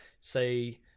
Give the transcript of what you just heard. say